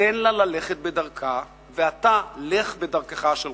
תן לה ללכת בדרכה, ואתה, לך בדרכך שלך.